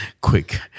quick